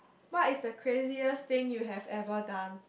what is the craziest thing you have ever done